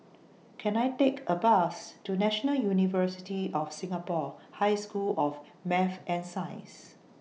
Can I Take A Bus to National University of Singapore High School of Math and Science